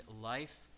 life